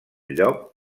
lloc